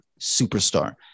superstar